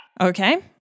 Okay